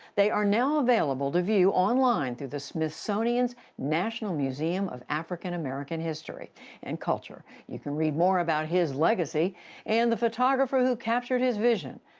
they are now available to view online through the smithsonian's national museum of african american history and culture. you can read more about his legacy and the photographer who captured his vision,